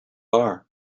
are